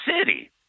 city